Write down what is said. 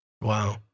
Wow